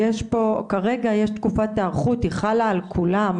כרגע יש תקופת היערכות, היא חלה על כולם,